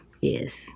Yes